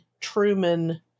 Truman